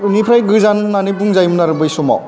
निफ्राय गोजान होननानै बुंजायोमोन आरो बै समाव